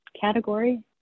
category